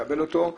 לקבל אותו,